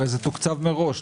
הרי זה תוקצב מראש,